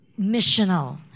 missional